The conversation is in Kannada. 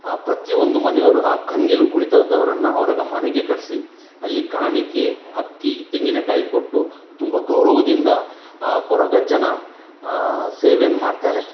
ಆ ಪ್ರತಿ ಒಂದು ಮನೆಯವರು ಆ ಕಂಗಿಲು ಕುಣಿತದವರನ್ನ ಅವ್ರಿಗೆ ಮನೆಗೆ ಕರೆಸಿ ಅಲ್ಲಿ ಕಾಣಿಕೆ ಅಕ್ಕಿ ತೆಂಗಿನಕಾಯಿ ಕೊಟ್ಟು ತುಂಬ ಗೌರವದಿಂದ ಆ ಕೊರಗಜ್ಜನ ಸೇವೆಯನ್ನ ಮಾಡ್ತಾರೆ